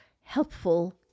helpful